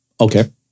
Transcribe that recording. Okay